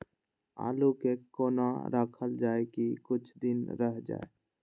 आलू के कोना राखल जाय की कुछ दिन रह जाय?